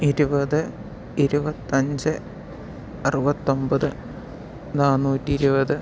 ഇരുപത് ഇരുപത്തഞ്ച് അറുപത്തൊമ്പത് നാനൂറ്റി ഇരുപത്